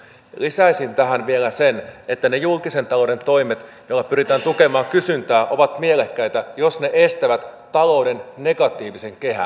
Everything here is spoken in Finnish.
lisäisin tähän vielä sen että ne julkisen talouden toimet joilla pyritään tukemaan kysyntää ovat mielekkäitä jos ne estävät talouden negatiivisen kehän